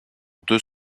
deux